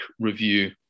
review